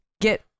Get